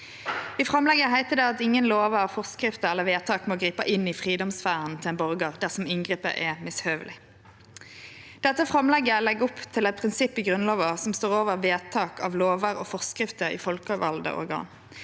I framlegget heiter det at ingen lover, forskrifter eller vedtak må gripe inn i fridomssfæren til ein borgar dersom inngrepet er mishøveleg. Dette framlegget legg opp til eit prinsipp i Grunnlova som står over vedtak av lover og forskrifter i folkevalde organ,